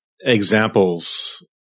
examples